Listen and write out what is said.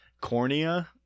cornea